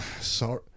Sorry